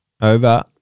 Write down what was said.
Over